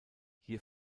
hier